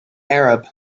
arab